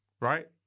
right